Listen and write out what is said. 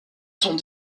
sont